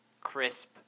crisp